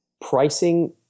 pricing